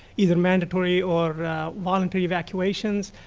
either mandatory or voluntary evacuations.